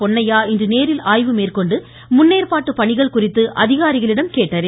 பொன்னையா இன்று நேரில் ஆய்வு மேற்கொண்டு முன்னேற்பாட்டுப் பணிகள் குறித்து அதிகாரிகளிடம் கேட்டறிந்தார்